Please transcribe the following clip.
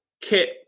Kit